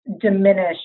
diminish